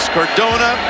Cardona